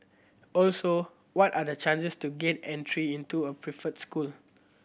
also what are the chances to gaining entry into a preferred school